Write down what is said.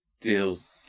deals